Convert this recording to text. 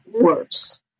worse